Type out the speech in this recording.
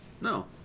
No